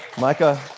Micah